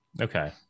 Okay